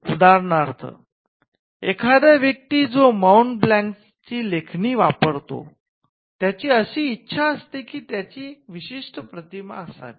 उदारणार्थ एखादा व्यक्ती जो माउंट ब्लँकचे पेन वापरतो त्याची अशी इच्छा असते की त्याची विशिष्ट प्रतिमा असावी